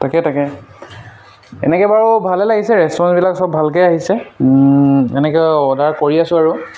তাকে তাকে এনেকৈ বাৰু ভালে লাগিছে ৰেষ্টুৰেণ্টবিলাক চব ভালকৈ আহিছে এনেকৈ অৰ্ডাৰ কৰি আছোঁ আৰু